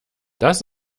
das